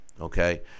okay